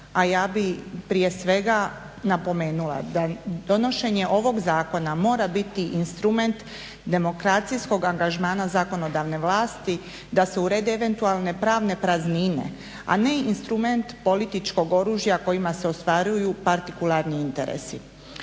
a ja bih prije svega napomenula da donošenje ovog zakona mora biti instrument demokracijskog angažmana zakonodavne vlasti, da se urede eventualne pravne praznine, a ne instrument političkog oružja kojima se ostvaruju partikularni interesi.